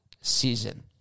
season